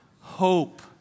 hope